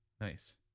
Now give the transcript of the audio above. nice